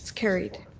carried.